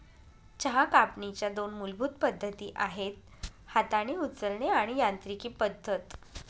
चहा कापणीच्या दोन मूलभूत पद्धती आहेत हाताने उचलणे आणि यांत्रिकी पद्धत